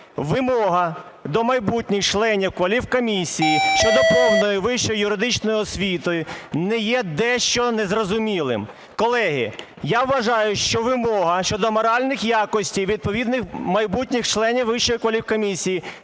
вимога до майбутніх членів кваліфкомісії щодо повної вищої юридичної освіти не є дещо незрозумілою. Колеги, я вважаю, що вимога щодо моральних якостей відповідних майбутніх членів Вищої